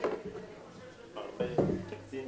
תיקים רפואיים?